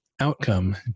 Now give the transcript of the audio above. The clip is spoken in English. outcome